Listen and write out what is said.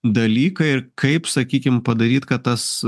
dalykai kaip sakykim padaryt kad tas